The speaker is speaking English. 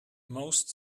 most